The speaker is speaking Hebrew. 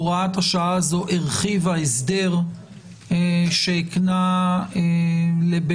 הוראת השעה הזו הרחיבה הסדר שהקנה לבית